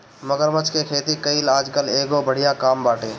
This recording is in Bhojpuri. मगरमच्छ के खेती कईल आजकल एगो बढ़िया काम बाटे